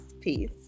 Peace